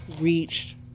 reached